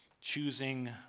choosing